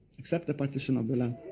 accept the partition of the land.